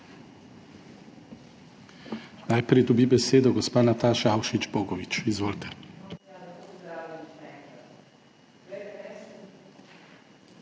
Najprej dobi besedo gospa Nataša Avšič Bogovič. Izvolite.